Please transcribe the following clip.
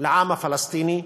לעם הפלסטיני,